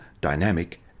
dynamic